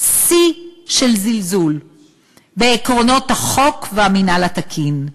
שיא של זלזול בעקרונות החוק והמינהל התקין.